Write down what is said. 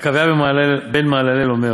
"עקביא בן מהללאל אומר,